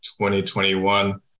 2021